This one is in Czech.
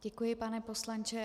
Děkuji, pane poslanče.